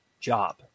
job